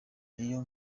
iyo